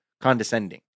condescending